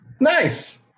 Nice